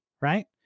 right